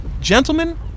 Gentlemen